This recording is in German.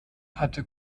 hatte